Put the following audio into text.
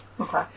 Okay